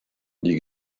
die